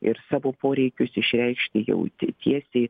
ir savo poreikius išreikšti jau ti tiesiai